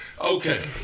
Okay